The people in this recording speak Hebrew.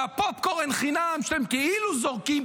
והפופקורן חינם שאתם כאילו זורקים,